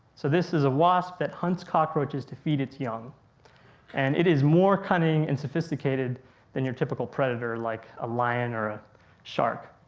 so this is a wasp that hunts cockroaches to feed its young and it is more cunning and sophisticated than your typical predator like a lion or a shark.